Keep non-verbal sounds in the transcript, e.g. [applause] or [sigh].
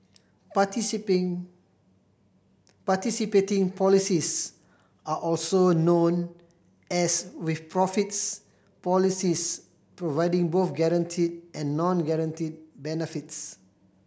[unintelligible] participating policies are also known as with profits policies providing both guaranteed and non guaranteed benefits